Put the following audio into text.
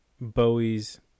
Bowie's